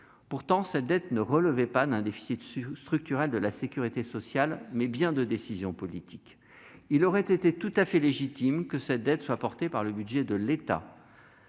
Pourtant, cette dette relevait non pas d'un déficit structurel de la sécurité sociale, mais bien de décisions politiques. Il eut donc été tout à fait légitime que celle-ci soit reprise par le budget de l'État.